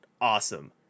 awesome